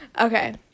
Okay